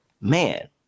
man